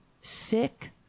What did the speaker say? Sick